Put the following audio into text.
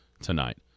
tonight